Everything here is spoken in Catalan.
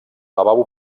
lavabo